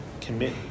commit